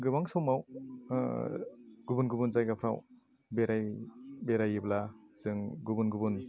गोबां समाव गुबुन गुबुन जायगाफ्राव बेरायोब्ला जों गुबुन गुबुन